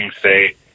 say